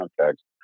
context